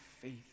faith